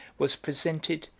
was presented,